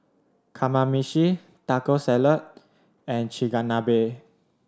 Kamameshi Taco Salad and Chigenabe